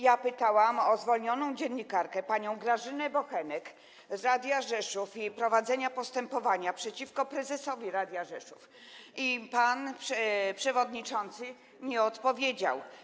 Ja pytałam o zwolnioną dziennikarkę, panią Grażynę Bochenek z radia Rzeszów, i prowadzenie postępowania przeciwko prezesowi radia Rzeszów, i pan przewodniczący nie odpowiedział.